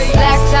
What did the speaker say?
black